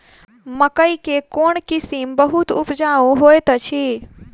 मकई केँ कोण किसिम बहुत उपजाउ होए तऽ अछि?